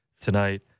tonight